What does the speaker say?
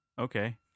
okay